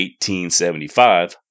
1875